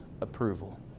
approval